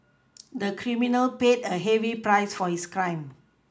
the criminal paid a heavy price for his crime